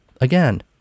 Again